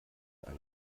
eine